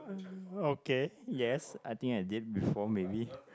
okay yes I think I did before maybe